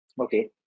Okay